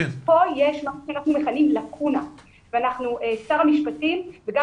כאן יש מה שאנחנו מכנים לקונה ושר המשפטים וגם